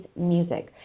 Music